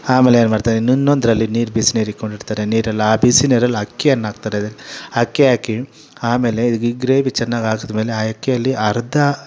ಆಮೇಲೆ ಏನು ಮಾಡ್ತಾರೆ ಇನ್ನೊಂದರಲ್ಲಿ ನೀರು ಬಿಸ್ನೀರು ಇಟ್ಕೊಂಡಿರ್ತಾರೆ ನೀರೆಲ್ಲ ಆ ಬಿಸಿ ನೀರಲ್ಲಿ ಅಕ್ಕಿಯನ್ನ ಹಾಕ್ತಾರೆ ಅಕ್ಕಿ ಹಾಕಿ ಆಮೇಲೆ ಗ್ರೇವಿ ಚೆನ್ನಾಗಿ ಹಾಕಿದ್ಮೇಲೆ ಆ ಅಕ್ಕಿಯಲ್ಲಿ ಅರ್ಧ